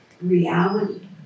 reality